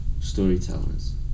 storytellers